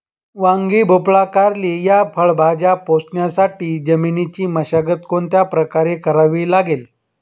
वांगी, भोपळा, कारली या फळभाज्या पोसण्यासाठी जमिनीची मशागत कोणत्या प्रकारे करावी लागेल?